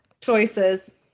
Choices